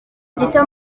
gito